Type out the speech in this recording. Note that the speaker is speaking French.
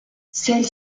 celle